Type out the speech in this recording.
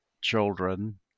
children